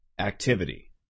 activity